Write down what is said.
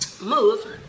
move